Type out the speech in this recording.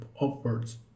upwards